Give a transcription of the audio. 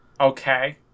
Okay